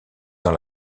dans